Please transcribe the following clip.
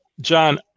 John